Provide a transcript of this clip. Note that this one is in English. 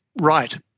right